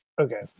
Okay